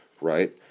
right